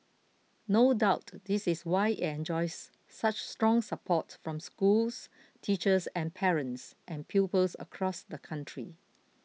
no doubt this is why enjoys such strong support from schools teachers and parents and pupils across the country